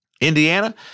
Indiana